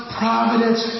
providence